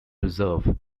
reserve